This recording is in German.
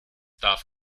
darf